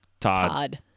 Todd